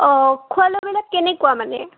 অঁ খোৱা লোৱা বিলাক কেনেকুৱা মানে